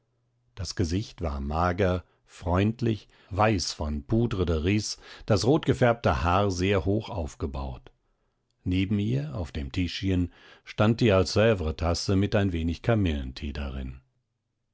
das gesicht war mager freundlich weiß von poudre de riz das rotgefärbte haar sehr hoch aufgebaut neben ihr auf dem tischchen stand die alt svres tasse mit ein wenig kamillentee darin